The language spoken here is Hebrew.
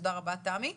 תודה רבה, תמי.